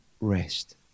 rest